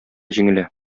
җиңелә